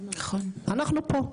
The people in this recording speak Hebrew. אנחנו פה,